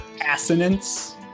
assonance